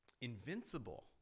invincible